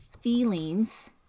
feelings